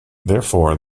therefore